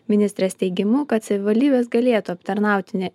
ministrės teigimu kad savivaldybės galėtų aptarnauti